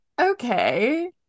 okay